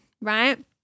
right